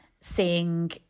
seeing